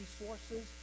resources